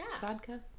vodka